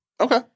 Okay